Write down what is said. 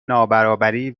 نابرابری